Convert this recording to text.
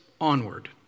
onward